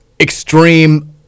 extreme